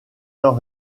temps